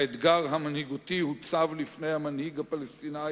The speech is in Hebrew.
האתגר המנהיגותי הוצב לפני המנהיג הפלסטיני